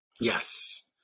yes